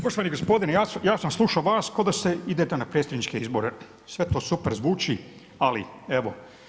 Poštovani gospodine, ja sam slušao vas, ko da idete na predsjedniče izbore, sve to super zvuči, ali evo.